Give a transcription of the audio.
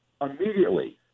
immediately